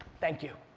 thank you.